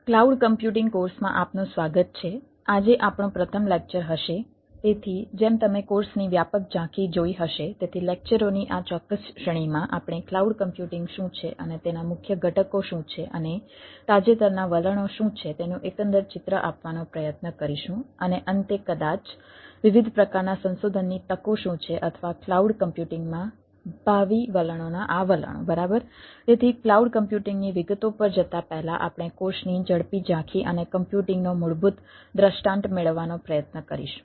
cloud computing નો મૂળભૂત દૃષ્ટાંત મેળવવાનો પ્રયત્ન કરીશું